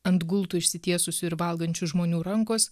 ant gultų išsitiesusių ir valgančių žmonių rankos